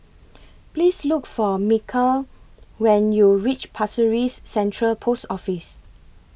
Please Look For Mikel when YOU REACH Pasir Ris Central Post Office